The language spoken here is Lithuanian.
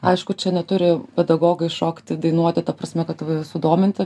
aišku čia neturi pedagogai šokti dainuoti ta prasme kad va sudominti